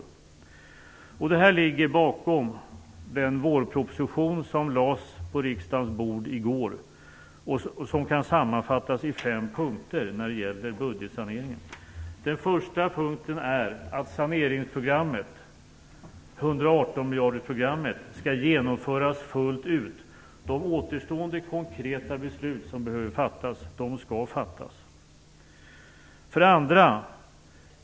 Det är detta som ligger bakom den vårproposition som lades på riksdagens bord i går och som kan sammanfattas i fem punkter när det gäller budgetsaneringen. miljardersprogrammet, skall genomföras fullt ut. De återstående konkreta beslut som är nödvändiga skall fattas. 2.